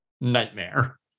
Nightmare